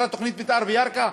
אושרה תוכנית מתאר בירכא?